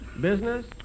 Business